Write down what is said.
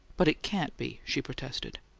but it can't be! she protested.